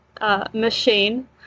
machine